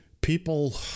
people